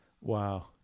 wow